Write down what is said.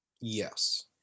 Yes